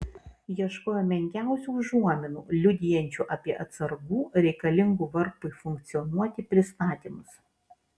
ieškojo menkiausių užuominų liudijančių apie atsargų reikalingų varpui funkcionuoti pristatymus